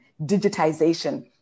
digitization